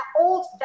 old